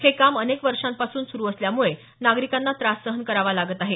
हे काम अनेक वर्षांपासून सुरू असल्यामुळे नागरिकांना त्रास सहन करावा लागत आहे